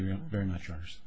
you very much yours